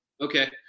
Okay